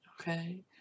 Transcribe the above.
Okay